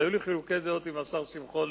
היו לי חילוקי דעות עם השר שמחון,